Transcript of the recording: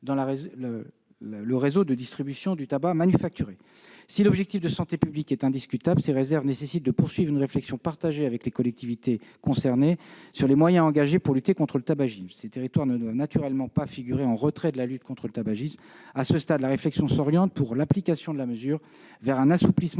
dans le réseau de distribution du tabac manufacturé. Si l'objectif de santé publique est indiscutable, ces réserves nécessitent de poursuivre une réflexion partagée avec les collectivités concernées sur les moyens engagés pour lutter contre le tabagisme. Ces territoires ne doivent naturellement pas figurer en retrait de la lutte contre le tabagisme. À ce stade, la réflexion s'oriente vers un assouplissement